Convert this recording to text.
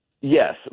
Yes